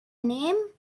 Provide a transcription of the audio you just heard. name